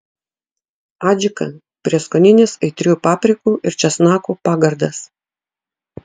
adžika prieskoninis aitriųjų paprikų ir česnakų pagardas